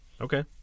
Okay